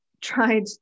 tried